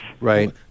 right